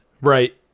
right